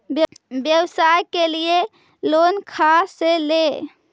व्यवसाय के लिये लोन खा से ले?